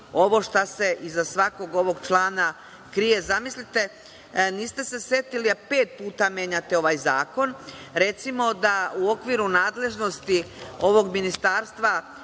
ovo šta se iza svakog ovog člana krije, zamislite, niste se setili a pet puta menjate ovaj zakon, recimo, da u okviru nadležnosti ovog Ministarstva